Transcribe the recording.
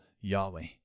Yahweh